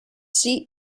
seat